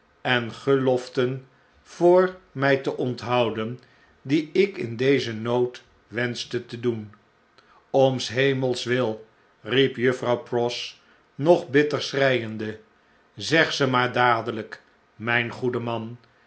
en geloften voor mij te onthouden die ik in dezen nood wenschte te doen b om s hemels wil riep juffrouw pross nog bitter schreiende zeg ze maardadelgk mp goede man